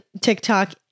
TikTok